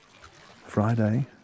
Friday